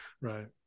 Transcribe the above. Right